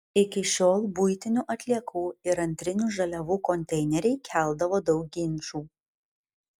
iki šiol buitinių atliekų ir antrinių žaliavų konteineriai keldavo daug ginčų